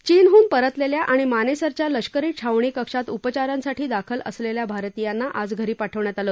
चीनहून परतलेल्या आणि मानेसरच्या लष्करी छावणी कक्षात उपचारांसाठी दाखल असलेल्या भारतीयांना आज घरी पाठवण्यात आलं